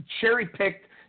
cherry-picked